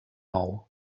nou